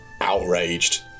outraged